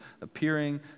appearing